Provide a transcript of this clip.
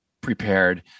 prepared